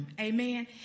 Amen